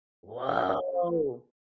Whoa